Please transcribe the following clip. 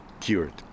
cured